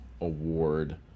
award